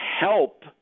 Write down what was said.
help